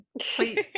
please